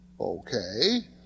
Okay